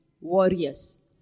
warriors